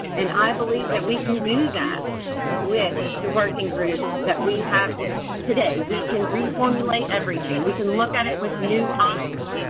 and i believe that we can do that with the working group that we have today. we can reformulate everything. we can look at it with new eyes,